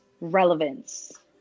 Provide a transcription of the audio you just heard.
relevance